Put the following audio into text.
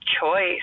choice